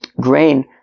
grain